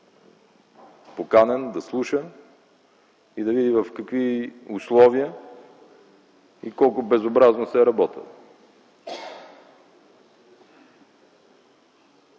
поканен да слуша и да види при какви условия и колко безобразно се работи.